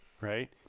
Right